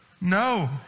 No